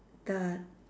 the